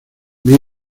vino